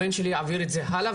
הבן שלי יעביר את זה הלאה,